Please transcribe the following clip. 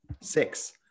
six